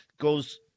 goes